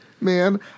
man